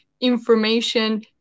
information